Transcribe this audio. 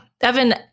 Evan